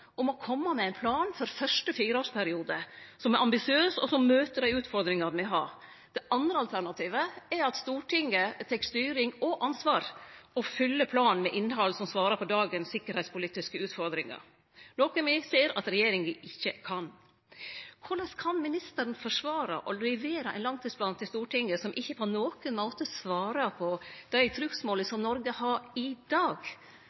om å kome med ein plan for første fireårsperiode som er ambisiøs, og som møter dei utfordringane me har, eller – det andre alternativet – at Stortinget tek styring og ansvar og fyller planen med innhald som svarer til dagens sikkerheitspolitiske utfordringar, noko me ser at regjeringa ikkje kan. Korleis kan ministeren forsvare å levere ein langtidsplan til Stortinget som ikkje på nokon måte svarer på dei trugsmåla som Noreg har i dag,